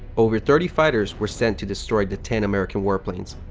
over thirty fighters were sent to destroy the ten american warplanes.